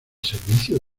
servicio